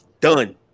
done